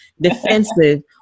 defensive